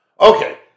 Okay